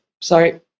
Sorry